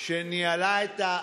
שניהלה את,